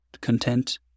content